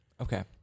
Okay